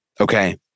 Okay